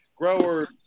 growers